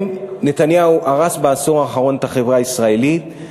נתניהו הרס בעשור האחרון את החברה הישראלית,